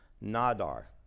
nadar